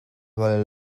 vale